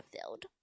filled